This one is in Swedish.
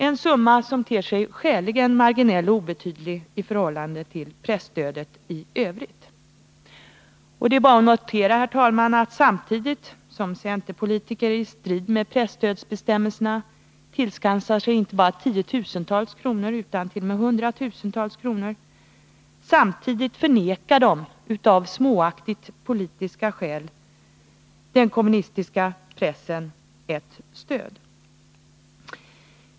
— en summa som ter sig skäligen obetydlig i förhållande till presstödet i övrigt. Samtidigt som centerpolitiker i strid mot presstödsbestämmelserna tillskansat sig inte bara tiotusentals kronor utan t.o.m. hundratusentals kronor förvägrar de av småaktiga politiska skäl den kommunistiska pressen ett stöd.